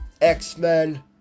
x-men